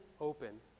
open